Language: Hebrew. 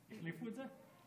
החליפו את זה?